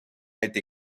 été